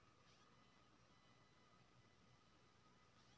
हम अलग अलग क्यू.आर से भुगतान कय सके छि?